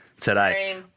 Today